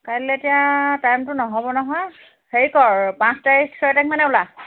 কাইলৈ এতিয়া টাইমটো নহ'ব নহয় হেৰি কৰ পাঁচ তাৰিখ ছয় তাৰিখ মানে ওলা